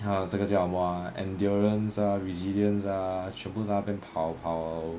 还有这个叫什么啊 endurance ah resilience ah 全部在那边跑跑